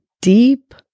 deep